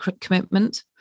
commitment